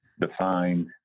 defined